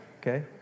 Okay